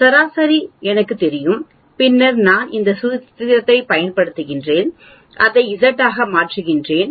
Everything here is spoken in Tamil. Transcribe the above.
சராசரி எனக்குத் தெரியும் பின்னர் நான் இந்த சூத்திரத்தைப் பயன்படுத்துகிறேன் அதை Z ஆக மாற்றுகிறேன்